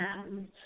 hands